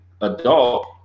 adult